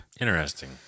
Interesting